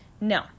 No